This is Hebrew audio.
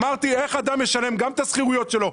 אמרתי: איך אדם משלם גם את השכירויות שלו,